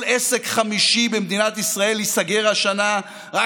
כל עסק חמישי במדינת ישראל ייסגר השנה רק